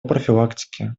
профилактике